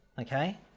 okay